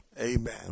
amen